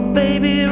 baby